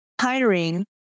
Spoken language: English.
hiring